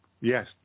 Yes